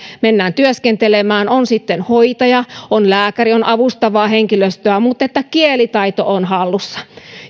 mennään työskentelemään on sitten hoitaja on lääkäri on avustavaa henkilöstöä että kielitaito on hallussa